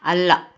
അല്ല